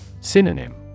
Synonym